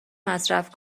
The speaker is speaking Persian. مصرف